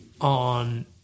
on